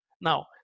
Now